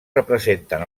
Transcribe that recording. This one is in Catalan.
representen